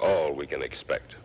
oh we can expect